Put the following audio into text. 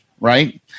right